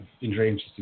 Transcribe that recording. interesting